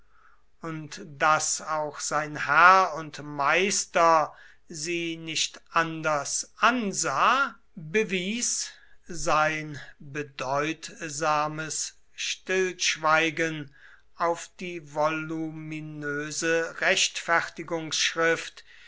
und daß auch sein herr und meister sie nicht anders ansah bewies sein bedeutsames stillschweigen auf die voluminöse